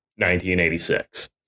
1986